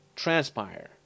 Transpire